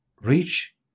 reach